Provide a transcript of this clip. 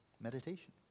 meditation